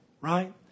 Right